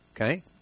Okay